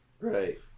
Right